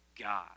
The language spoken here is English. God